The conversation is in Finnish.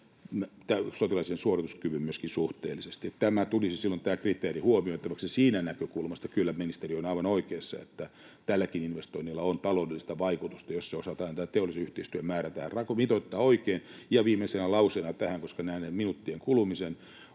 sotilaallisen suorituskyvyn myöskin suhteellisesti, että tämä kriteeri tulisi silloin huomiotavaksi. Siitä näkökulmasta kyllä ministeri on aivan oikeassa, että tälläkin investoinnilla on taloudellista vaikutusta, jos se teollisen yhteistyön määrä osataan tähän mitoittaa oikein. Ja viimeisenä lauseena tähän, koska näen minuuttien kulumisen,